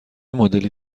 مدلی